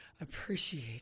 appreciate